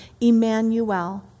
Emmanuel